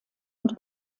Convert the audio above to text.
und